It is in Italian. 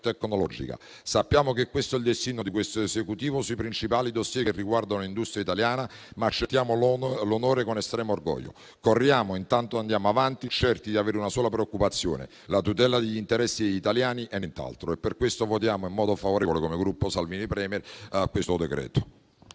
tecnologica. Sappiamo che questo è il destino dell'attuale Esecutivo sui principali *dossier* che riguardano l'industria italiana, ma accettiamo l'onere con estremo orgoglio. Corriamo, intanto andiamo avanti, certi di avere una sola preoccupazione, ossia la tutela degli interessi degli italiani e nient'altro. Per questo votiamo in modo favorevole, come Gruppo Lega Salvini Premier, su questo decreto-legge.